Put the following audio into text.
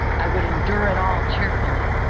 i would endure it all cheerfully,